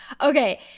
okay